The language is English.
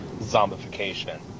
zombification